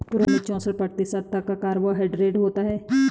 prune में चौसठ प्रतिशत तक कार्बोहायड्रेट होता है